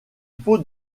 faut